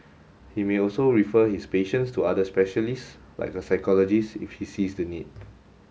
he may also refer his patients to other specialists like a psychologist if he sees the need